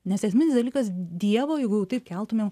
nes esminis dalykas dievo jeigu jau taip keltumėm